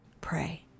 pray